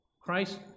Christ